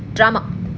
drama